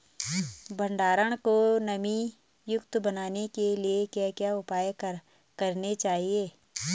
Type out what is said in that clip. भंडारण को नमी युक्त बनाने के लिए क्या क्या उपाय करने चाहिए?